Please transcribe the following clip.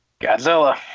Godzilla